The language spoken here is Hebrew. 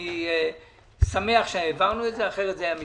אני שמח שהעברנו את זה, אחרת זה היה מתבטל,